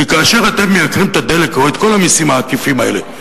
כי כאשר אתם מייקרים את הדלק או את כל המסים העקיפים האלה,